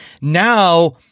Now